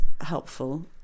helpful